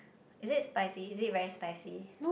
is it spicy is it very spicy